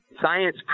science